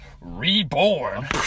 reborn